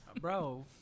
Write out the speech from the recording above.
Bro